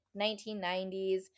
1990s